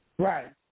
Right